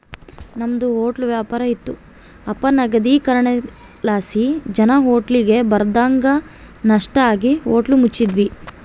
ನಮ್ದು ಹೊಟ್ಲ ವ್ಯಾಪಾರ ಇತ್ತು ಅಪನಗದೀಕರಣಲಾಸಿ ಜನ ಹೋಟ್ಲಿಗ್ ಬರದಂಗ ನಷ್ಟ ಆಗಿ ಹೋಟ್ಲ ಮುಚ್ಚಿದ್ವಿ